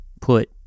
put